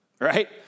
Right